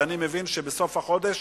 אני מבין שבסוף החודש